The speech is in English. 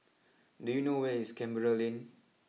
do you know where is Canberra Lane